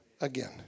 again